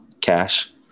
cash